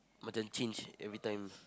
won't change every time